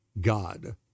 God